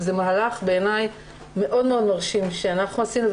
בעיניי זה מהלך מאוד מאוד מרשים שאנחנו עשינו,